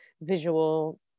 visual